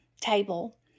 table